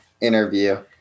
interview